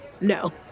no